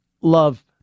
Love